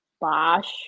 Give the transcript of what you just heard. Bosch